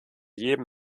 jedem